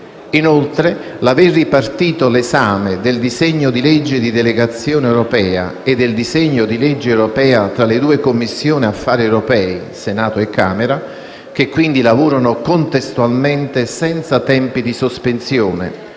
Inoltre, l'aver ripartito l'esame del disegno di legge di delegazione europea e del disegno di legge europea tra le Commissioni affari europei di Senato e Camera, che quindi lavorano contestualmente e senza tempi di sospensione,